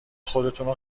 خودتونو